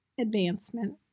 advancement